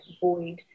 void